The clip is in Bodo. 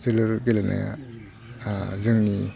जोलुर गेलेनाया जोंनि